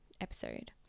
episode